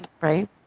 right